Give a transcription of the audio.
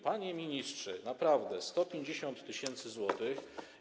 Panie ministrze, naprawdę, 150 tys. zł.